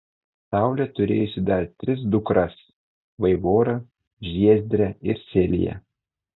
saulė turėjusi dar tris dukras vaivorą žiezdrę ir seliją